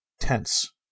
tense